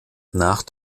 nach